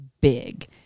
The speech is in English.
big